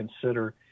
consider